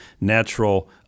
natural